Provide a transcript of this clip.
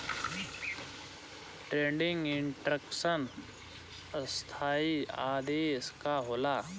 Standing instruction स्थाई आदेश का होला?